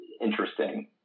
interesting